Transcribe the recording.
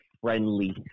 friendly